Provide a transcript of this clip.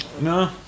No